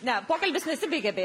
ne pokalbis nesibaigė beje